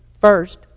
First